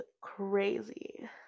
crazy